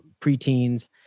preteens